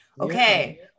okay